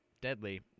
deadly